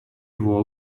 его